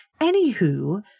Anywho